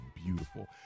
beautiful